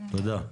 תודה.